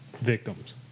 victims